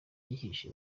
yihishe